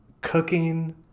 cooking